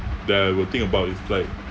that I will think about it's like